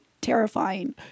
Terrifying